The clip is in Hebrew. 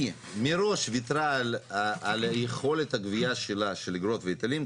היא מראש ויתרה על יכולת הגבייה שלה של אגרות והיטלים,